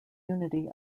unity